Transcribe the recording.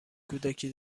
کودکی